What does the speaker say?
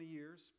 years